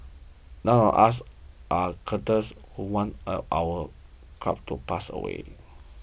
none of us are Cuddles would want any of our cats to pass away